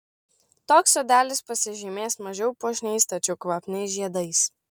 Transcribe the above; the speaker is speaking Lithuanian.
toks sodelis pasižymės mažiau puošniais tačiau kvapniais žiedais